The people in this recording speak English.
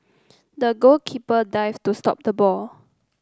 the goalkeeper dived to stop the ball